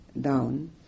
down